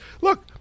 look-